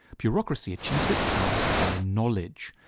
bureaucracy achieves its power via knowledge.